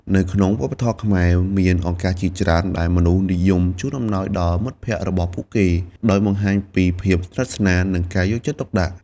នៅក្នុងវប្បធម៌ខ្មែរ មានឱកាសជាច្រើនដែលមនុស្សនិយមជូនអំណោយដល់មិត្តភក្តិរបស់ពួកគេ ដោយបង្ហាញពីភាពស្និទ្ធស្នាល និងការយកចិត្តទុកដាក់។